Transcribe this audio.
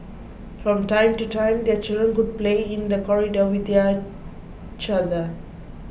from time to time their children would play in the corridor with each other